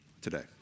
today